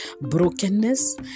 Brokenness